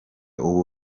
ubu